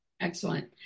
Excellent